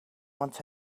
want